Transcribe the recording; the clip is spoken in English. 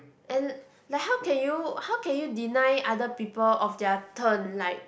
and like how can you how can you deny other people of their turn like